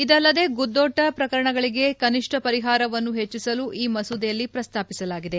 ಇದಲ್ಲದೆ ಗುದ್ದೋಟ ಪ್ರಕರಣಗಳಿಗೆ ಕನಿಷ್ಟ ಪರಿಹಾರವನ್ನು ಹೆಚ್ಚಿಸಲು ಈ ಮಸೂದೆಯಲ್ಲಿ ಪ್ರಸ್ತಾಪಿಸಲಾಗಿದೆ